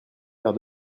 faire